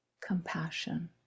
compassion